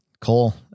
Cole